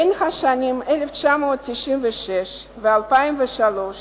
בין השנים 1996 ו-2003